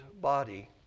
body